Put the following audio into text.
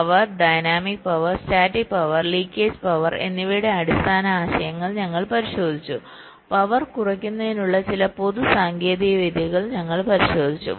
power dynamic power static power leakage power എന്നിവയുടെ അടിസ്ഥാന ആശയങ്ങൾ ഞങ്ങൾ പരിശോധിച്ചു പവർ കുറയ്ക്കുന്നതിനുള്ള ചില പൊതു സാങ്കേതിക വിദ്യകൾ ഞങ്ങൾ പരിശോധിച്ചു